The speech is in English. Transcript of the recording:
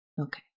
okay